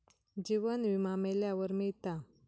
जीवन विमा मेल्यावर मिळता